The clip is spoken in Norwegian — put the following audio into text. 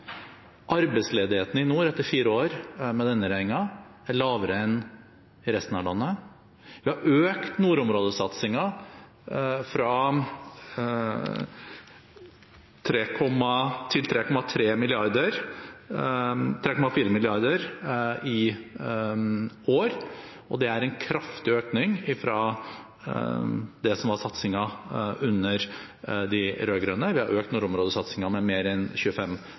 Arbeidsledigheten i nord, etter fire år med denne regjeringen, er lavere enn i resten av landet. Vi har økt nordområdesatsingen til 3,4 mrd. kr i år. Det er en kraftig økning sammenlignet med det som var satsingen under de rød-grønne. Vi har økt nordområdesatsingen med mer enn 25